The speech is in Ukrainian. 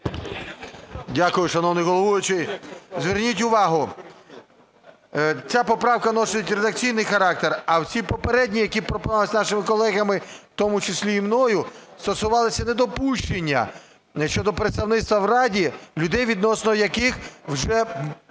Дякую, шановний головуючий. Зверніть увагу, ця поправка носить редакційний характер, а всі попередні, які пропонувалися нашими колегами, у тому числі і мною, стосувалися недопущення щодо представництва в раді людей, відносно яких вже